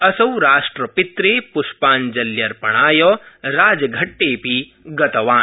असौ राष्ट्रपित्रे प्ष्पाञ्जल्यर्पणाय राजघट्टे अपि गतवान्